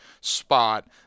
spot